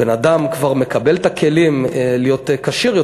בן-אדם כבר מקבל את הכלים להיות כשיר יותר,